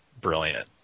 brilliant